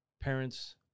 parents